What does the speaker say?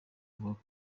bavuga